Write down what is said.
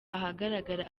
ahagaragara